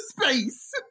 space